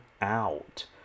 out